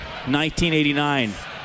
1989